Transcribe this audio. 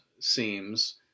seems